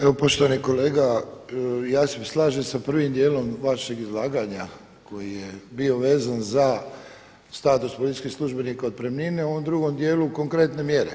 Evo poštovani kolega ja se slažem sa prvim dijelom vašeg izlaganja koji je bio vezan za status policijskih službenik, otpremnine a u ovom drugom dijelu konkretne mjere.